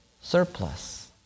surplus